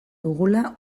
dugula